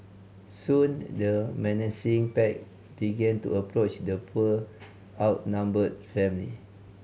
soon the menacing pack began to approach the poor outnumbered family